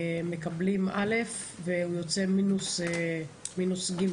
מקבלים א' ויוצא מינוס ג'.